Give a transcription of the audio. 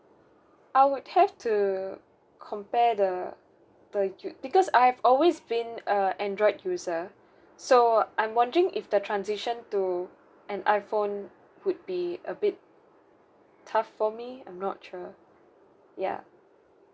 I would have to compare the the u~ because I have always been a android user so I'm wondering if the transition to an iphone would be a bit tough for me I'm not sure ya